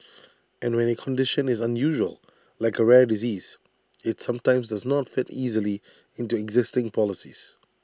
and when A condition is unusual like A rare disease IT sometimes does not fit easily into existing policies